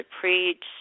preach